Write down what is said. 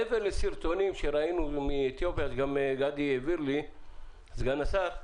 מעבר לסרטונים שראינו מאתיופיה גם גדי, סגן השר,